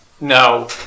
No